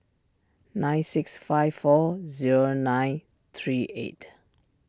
nine six five four zero nine three eight